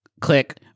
click